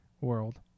World